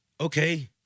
Okay